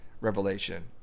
revelation